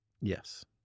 Yes